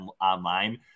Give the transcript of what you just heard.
online